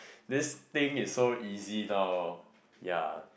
this thing is so easy now ya